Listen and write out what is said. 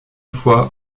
fois